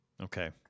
Okay